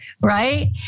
right